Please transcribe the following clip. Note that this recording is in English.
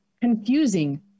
confusing